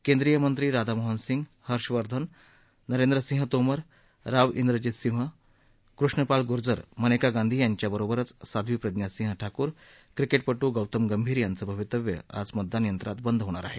केंद्रीय मंत्री राधामोहन सिंह हर्षवर्धन नरेंद्र सिंह तोमर राव बेजित सिंह कृष्ण पाल गुर्जर मनेका गांधी यांच्या बरोबरच साध्वी प्रज्ञा रिंह ठाकूर क्रिकेटपटू गौतम गंभीर यांचं भवितव्य आज मतदान यंत्रात बंद होणार आहे